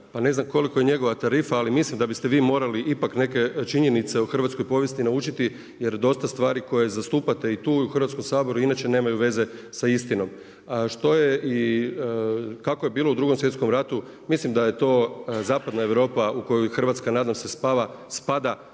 ne znam koliko je njegova tarifa, ali mislim da biste vi morali ipak neke činjenice o hrvatskoj povijesti naučiti. Jer dosta stvari koje zastupate i tu i u Hrvatskom saboru inače nemaju veze sa istinom. Što je i kako je bilo u Drugom svjetskom ratu mislim da je to Zapadna Europa u kojoj Hrvatska nadam se spada